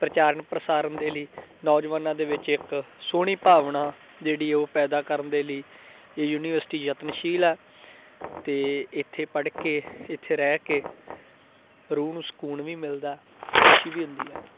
ਪ੍ਰਚਾਰਨ ਪ੍ਰਸਾਰਨ ਦੇ ਲਈ ਨੌਜਵਾਨਾਂ ਦੇ ਵਿੱਚ ਇੱਕ ਸੋਹਣੀ ਭਾਵਨਾ ਜਿਹੜੀ ਉਹ ਪੈਦਾ ਕਰਨ ਦੇ ਲਈ ਇਹ ਯੂਨੀਵਰਸਿਟੀ ਯਤਨਸ਼ੀਲ ਹੈ ਅਤੇ ਇੱਥੇ ਪੜ੍ਹ ਕੇ ਇੱਥੇ ਰਹਿ ਕੇ ਰੂਹ ਨੂੰ ਸਕੂਨ ਵੀ ਮਿਲਦਾ ਖੁਸ਼ੀ ਵੀ ਹੁੰਦੀ ਆ